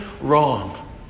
wrong